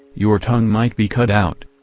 your tongue might be cut out.